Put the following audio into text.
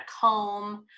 home